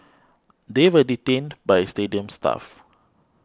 they were detained by stadium staff